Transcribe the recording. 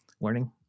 learning